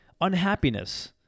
unhappiness